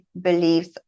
beliefs